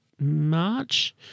March